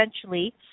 essentially